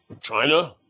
China